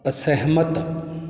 ਅਸਹਿਮਤ